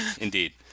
indeed